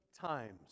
times